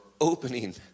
opening